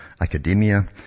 academia